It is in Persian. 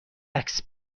عکس